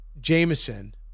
Jameson